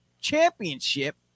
championship